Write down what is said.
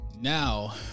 now